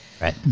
Right